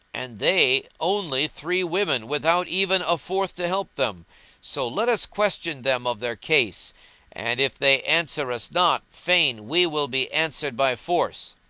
and they only three women without even a fourth to help them so let us question them of their case and, if they answer us not, fain we will be answered by force.